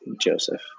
Joseph